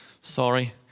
sorry